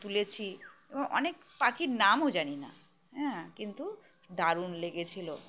তুলেছি এবং অনেক পাখির নামও জানি না হ্যাঁ কিন্তু দারুণ লেগেছিল